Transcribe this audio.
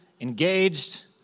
engaged